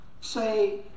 say